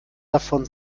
davon